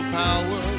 power